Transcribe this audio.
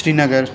Srinagar